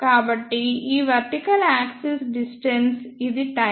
కాబట్టి ఈ vertical axis distance ఇది టైమ్